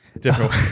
Different